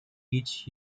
each